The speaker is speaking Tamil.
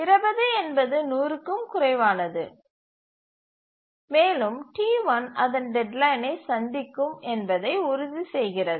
20 என்பது 100 க்கும் குறைவானது மேலும் T1 அதன் டெட்லைனை சந்திக்கும் என்பதை உறுதி செய்கிறது